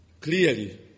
Clearly